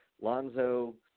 Lonzo